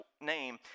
name